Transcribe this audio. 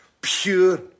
pure